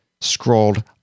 scrolled